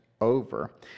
over